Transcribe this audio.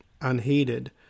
unheeded